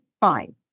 fine